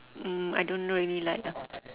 um I don't really like ah